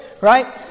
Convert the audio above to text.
Right